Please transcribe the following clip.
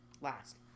last